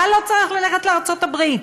אבל לא צריך ללכת לארצות הברית.